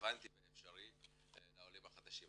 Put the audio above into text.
הרלבנטי והאפשרי לעולים החדשים.